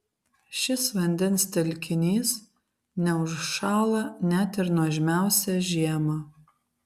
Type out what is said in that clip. šis vandens telkinys neužšąla net ir nuožmiausią žiemą